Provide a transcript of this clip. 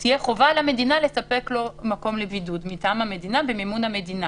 תהיה חובה על המדינה לספק לו מקום לבידוד מטעם המדינה במימון המדינה.